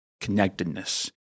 connectedness